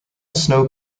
snow